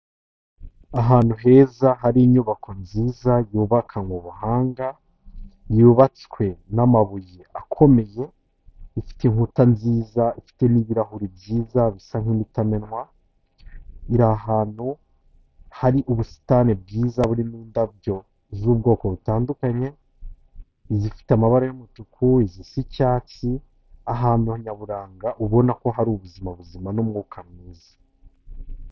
Ahantu heza hari inyubako nziza yubakanwe ubuhanga, yubatswe n'amabuye akomeye, ifite inkuta nziza, ifite n'ibirahuri byiza bisa nk'imitamenwa, iri ahantu hari ubusitani bwiza burimo indabyo z'ubwoko butandukanye, izifite amabara y'umutuku, izisa icyatsi, ahantu nyaburanga ubona ko hari ubuzima buzima n'umwuka mwiza.